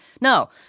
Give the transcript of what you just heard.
no